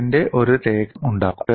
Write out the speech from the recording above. അതിന്റെ ഒരു രേഖാചിത്രം ഉണ്ടാക്കുക